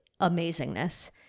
amazingness